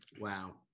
Wow